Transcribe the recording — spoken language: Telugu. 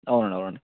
అవును అవునండి